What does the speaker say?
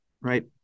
right